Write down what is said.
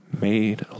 Made